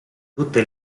tutte